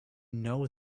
know